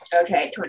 Okay